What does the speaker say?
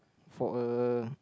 for a